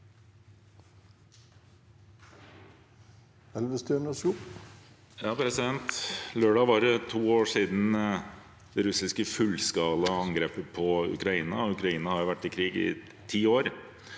Lørdag var det to år siden det russiske fullskalaangrepet på Ukraina, og Ukraina har jo vært i krig i ti år.